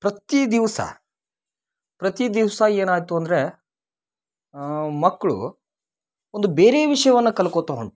ಪ್ರತಿ ದಿವಸ ಪ್ರತಿ ದಿವಸ ಏನಾತು ಅಂದರೆ ಮಕ್ಕಳು ಒಂದು ಬೇರೆ ವಿಷಯವನ್ನ ಕಲ್ಕೋತ ಹೊಂಟರು